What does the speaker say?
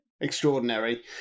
Extraordinary